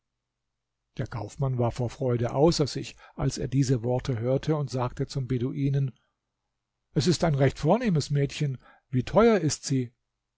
der kaufmann war vor freude außer sich als er diese worte hörte und sagte zum beduinen es ist ein recht vornehmes mädchen wie teuer ist sie